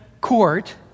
court